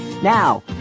Now